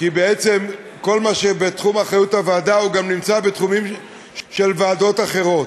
כי בעצם כל מה שבתחום אחריות הוועדה גם נמצא בתחומים של ועדות אחרות.